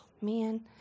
man